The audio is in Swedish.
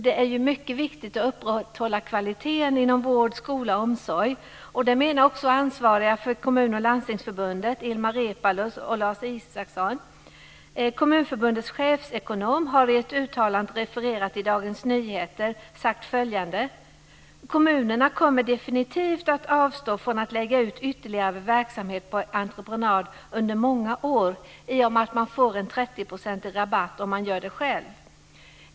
Det är ju mycket viktigt att upprätthålla kvaliteten inom vård, skola och omsorg, och det menar också ansvariga för Kommunförbundet och Landstingsförbundet, Ilmar Reepalu och Lars Isaksson. Kommunförbundets chefekonom har i ett uttalande, refererat i Dagens Nyheter, sagt följande: "Kommunerna kommer definitivt att avstå från att lägga ut ytterligare verksamhet på entreprenad under nästa år, i och med att man får en 30-procentig rabatt om man gör det själv".